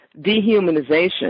dehumanization